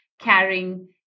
carrying